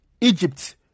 Egypt